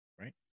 right